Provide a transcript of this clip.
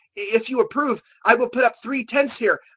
if you approve, i will put up three tents here,